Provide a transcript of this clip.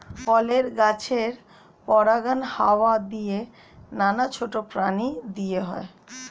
ফলের গাছের পরাগায়ন হাওয়া দিয়ে, নানা ছোট প্রাণী দিয়ে হয়